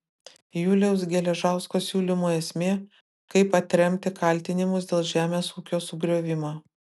juliaus geležausko siūlymų esmė kaip atremti kaltinimus dėl žemės ūkio sugriovimo